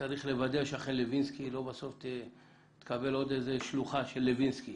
צריך לוודא שאכן לוינסקי לא בסוף תקבל עוד איזה שלוחה של לוינסקי.